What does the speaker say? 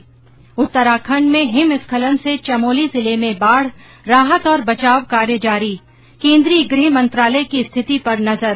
ं उत्तराखण्ड में हिमस्खलन से चमोली जिले में बाढ राहत और बचाव कार्य जारी केन्द्रीय गृह मंत्रालय की स्थिति पर नजर